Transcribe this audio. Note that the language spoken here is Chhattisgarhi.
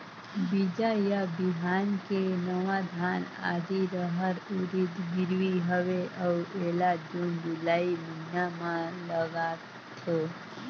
बीजा या बिहान के नवा धान, आदी, रहर, उरीद गिरवी हवे अउ एला जून जुलाई महीना म लगाथेव?